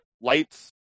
lights